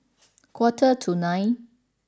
quarter to nine